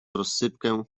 rozsypkę